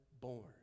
born